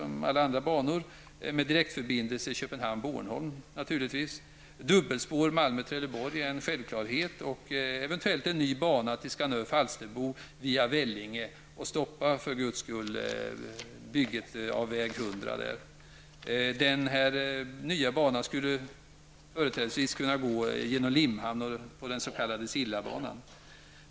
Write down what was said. Malmö och Trelleborg är en självklarhet och eventuellt också en ny bana till Skanör--Falsterbo via Vällinge -- och stoppa för Guds skull bygget av väg 100. Denna nya bana skulle med fördel kunna gå genom Limhamn på den s.k. Sillabanan.